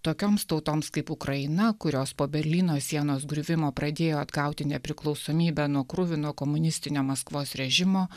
tokioms tautoms kaip ukraina kurios po berlyno sienos griuvimo pradėjo atgauti nepriklausomybę nuo kruvino komunistinio maskvos režimo